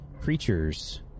creatures